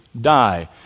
die